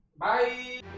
Bye